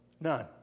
none